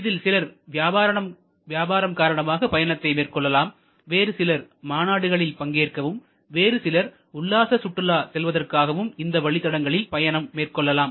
இதில் சிலர் வியாபாரம் காரணமாக பயணத்தை மேற்கொள்ளலாம் வேறு சிலர் மாநாடுகளில் பங்கேற்கவும் வேறு சிலர் உல்லாச சுற்றுலா செல்வதற்காகவும் இந்த வழித்தடங்களில் பயணம் மேற்கொள்ளலாம்